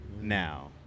now